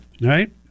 right